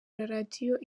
radio